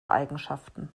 eigenschaften